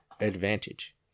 advantage